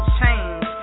change